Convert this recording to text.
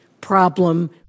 problem